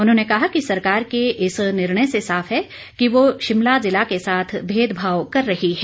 उन्होंने कहा कि सरकार के इस निर्णय से साफ है कि वह शिमला जिला के साथ भेद भाव कर रही है